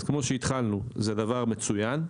אז כמו שהתחלנו, זה דבר מצוין,